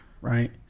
right